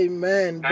Amen